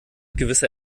gewisse